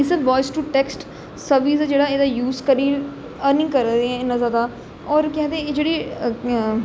इस voice to text service दा जेहडा एहदा यूज करगे ओह् अस नेई करा दे हैं इना ज्यादा और केह् आक्खदे एह् जेहडी